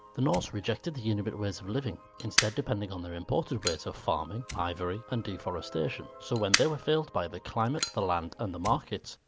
the norse rejected the inuit but ways of living, instead depending on their imported ways of farming, ivory and deforestation. so, when they were failed by the climate, the land and markets,